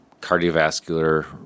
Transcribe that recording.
cardiovascular